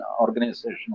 organizational